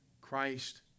Christ